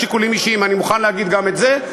אני מוכן להגיד גם את זה,